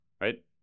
right